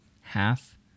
half